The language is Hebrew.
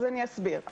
אסביר.